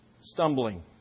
Stumbling